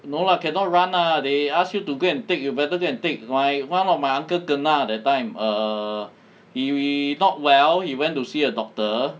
no lah cannot run ah they ask you to go and take you better go and take my one of my uncle kena that time err he not well he went to see a doctor